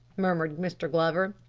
murmured mr. glover.